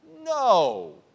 no